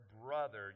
brother